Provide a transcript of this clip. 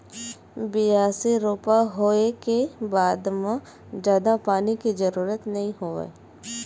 बियासी, रोपा होए के बाद म जादा पानी के जरूरत नइ होवय